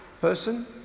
person